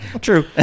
True